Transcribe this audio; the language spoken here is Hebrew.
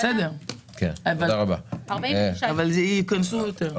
בסדר, אבל ייכנסו יותר.